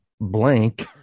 blank